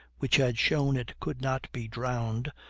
which had shown it could not be drowned,